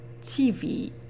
TV